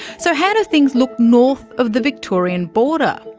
so how do things look north of the victorian border?